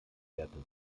wertes